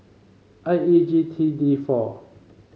I E G T D four